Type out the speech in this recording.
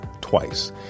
twice